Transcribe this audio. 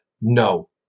No